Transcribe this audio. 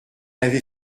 avait